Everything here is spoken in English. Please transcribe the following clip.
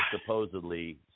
supposedly